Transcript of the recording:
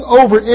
over